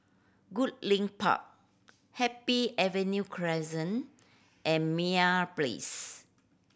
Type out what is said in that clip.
Goodlink Park Happy Avenue and Meyer Place